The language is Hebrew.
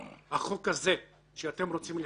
החוק הזה, שאתם רוצים לחוקק,